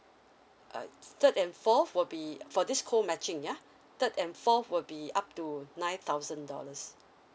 uh third and fourth will be for this cold matching ya third and fourth will be up to nine thousand dollars